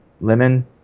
Lemon